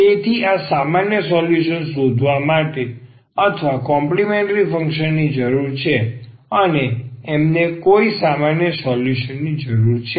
તેથી આ સામાન્ય સોલ્યુશન શોધવા માટે અથવા આને કોમ્પલિમેન્ટ્રી ફંક્શન ની જરૂર છે અને અમને કોઈ ખાસ સોલ્યુશનની જરૂર છે